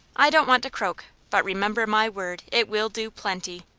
i don't want to croak, but remember my word, it will do plenty.